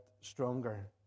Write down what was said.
stronger